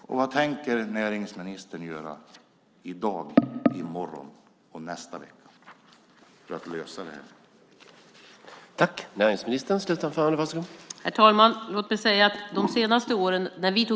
Och vad tänker näringsministern göra i dag, i morgon och i nästa vecka för att lösa detta?